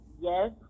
yes